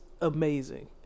amazing